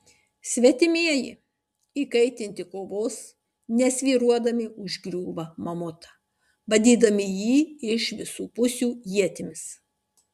svetimieji įkaitinti kovos nesvyruodami užgriūva mamutą badydami jį iš visų pusių ietimis